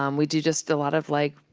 um we do just a lot of, like,